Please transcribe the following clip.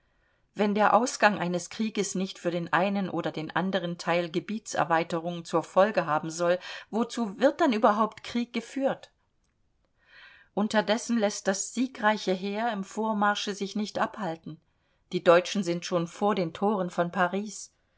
wenn der ausgang eines krieges nicht für den einen oder den anderen teil gebietserweiterung zur folge haben soll wozu wird dann überhaupt krieg geführt unterdessen läßt das siegreiche heer im vormarsche sich nicht abhalten die deutschen sind schon vor den thoren von paris